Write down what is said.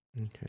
Okay